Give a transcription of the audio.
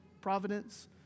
providence